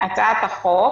בשם הצעת החוק